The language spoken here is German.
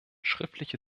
schriftliche